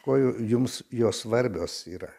kuo jums jos svarbios yra